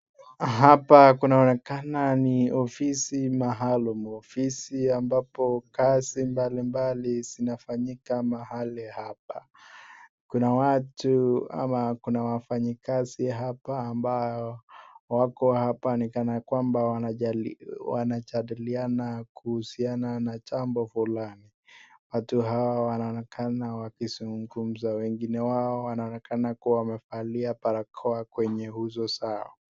Hapa kunaonekana ni ofisi maalum. Ofisi ambapo kazi mbali mbali zinafanyika mahali hapa. Kuna watu ama kuna wafanyikazi hapa ambao wako hapa ni kana kwamba wanajadiliana kuhusiana na jambo fulani. Watu hawa wanaonekana wakizungumza, wengine wao wanaonekana kuwa wamevalia barakoa kwenye uso zao.